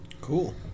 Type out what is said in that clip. Cool